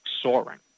soaring